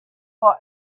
for